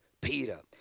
Peter